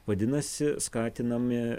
vadinasi skatinami